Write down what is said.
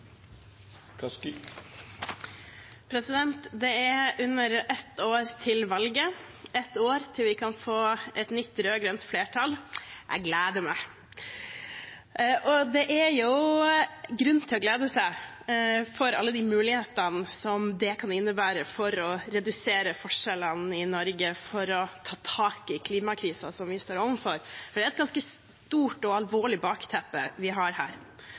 det. Det er under ett år til valget – ett år til vi kan få et nytt rød-grønt flertall. Jeg gleder meg! Det er grunn til å glede seg over alle de mulighetene det kan innebære for å redusere forskjellene i Norge, og for å ta tak i klimakrisen vi står overfor. Det er et ganske stort og alvorlig bakteppe vi har her,